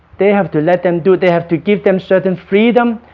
they have to let them do they have to give them certain freedom